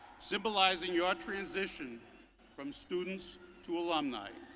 symbolizing your transition from students to alumni.